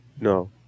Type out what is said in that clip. No